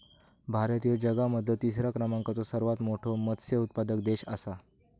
भारत ह्यो जगा मधलो तिसरा क्रमांकाचो सर्वात मोठा मत्स्य उत्पादक देश आसा